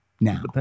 now